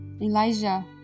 Elijah